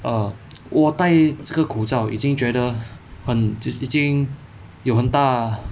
err 我带这个口罩已经觉得很已经有很大